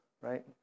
right